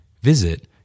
Visit